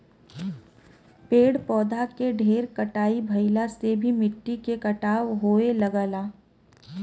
पेड़ पौधा के ढेर कटाई भइला से भी मिट्टी के कटाव होये लगेला